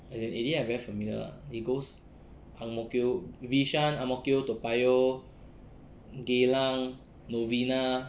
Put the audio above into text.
as in eighty eight I very familiar lah it goes ang mo kio bishan ang mo kio toa payoh geylang novena